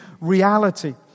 reality